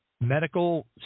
medical